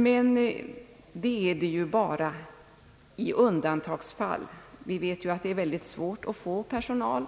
Men det är det ju bara i undantagsfall. Vi vet att det är väldigt svårt att få personal.